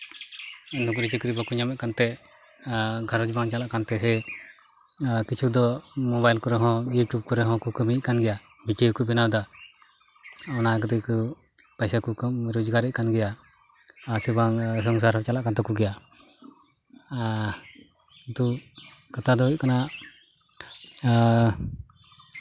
ᱱᱩᱠᱨᱤ ᱪᱟᱹᱠᱨᱤ ᱵᱟᱠᱚ ᱧᱟᱢᱮᱫ ᱠᱟᱱᱛᱮ ᱜᱷᱟᱨᱚᱸᱡᱽ ᱵᱟᱝ ᱪᱟᱞᱟᱜ ᱠᱟᱱᱛᱮ ᱥᱮ ᱠᱤᱪᱷᱩ ᱫᱚ ᱢᱚᱵᱟᱭᱤᱞ ᱠᱚᱨᱮ ᱦᱚᱸ ᱤᱭᱩᱴᱩᱵᱽ ᱠᱚᱨᱮ ᱦᱚᱠᱚ ᱠᱟᱹᱢᱤᱭᱮᱫ ᱠᱟᱱ ᱜᱮᱭᱟ ᱵᱷᱤᱰᱤᱭᱚ ᱠᱚ ᱵᱮᱱᱟᱣᱫᱟ ᱚᱱᱟ ᱠᱚᱛᱮ ᱠᱚ ᱯᱚᱭᱥᱟ ᱠᱚ ᱨᱳᱡᱽᱜᱟᱨᱮᱫ ᱠᱟᱱ ᱜᱮᱭᱟ ᱟᱨ ᱥᱮ ᱵᱟᱝ ᱥᱚᱝᱥᱟᱨ ᱦᱚᱸ ᱪᱟᱞᱟᱜ ᱠᱟᱱ ᱛᱟᱠᱚ ᱜᱮᱭᱟ ᱠᱤᱱᱛᱩ ᱠᱟᱛᱷᱟ ᱫᱚ ᱦᱩᱭᱩᱜ ᱠᱟᱱᱟ